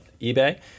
eBay